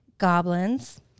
Goblins